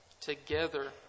Together